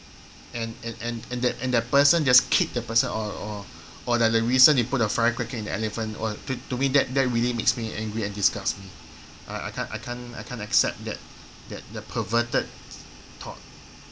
and and and and that and that person just kick the person or or or like the recent they put the firecracker in the elephant or to to me that that really makes me angry and disgusts me uh I can't I can't I can't accept that that perverted thought